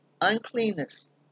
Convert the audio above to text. Uncleanness